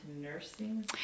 nursing